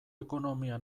ekonomia